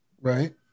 right